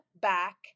back